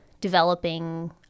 developing